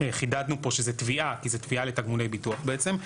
חידדנו פה שזה תביעה כי זה תביעה לתגמולי ביטוח בעצם,